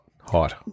hot